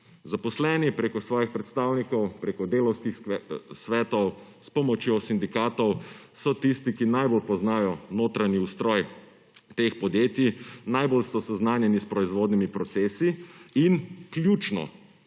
Zaposleni preko svojih predstavnikov, preko delavskih svetov, s pomočjo sindikatov so tisti, ki najbolj poznajo notranji ustroj teh podjetij, najbolj so seznanjeni s proizvodnimi procesi in, ključno,